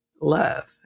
love